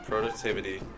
Productivity